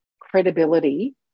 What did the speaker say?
credibility